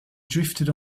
drifted